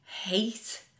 hate